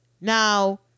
Now